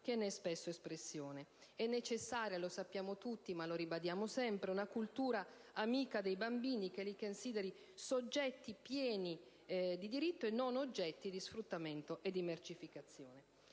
che ne è spesso espressione. È necessario - lo sappiamo tutti, ma lo ribadiamo sempre - una cultura amica dei bambini, che li consideri soggetti pieni di diritto e non oggetto di sfruttamento e di mercificazione.